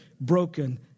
broken